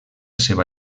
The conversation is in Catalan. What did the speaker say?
seva